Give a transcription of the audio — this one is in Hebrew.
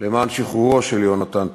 למען שחרורו של יונתן פולארד.